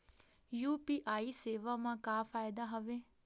UPI सेवा मा का फ़ायदा हवे?